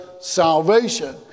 salvation